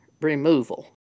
removal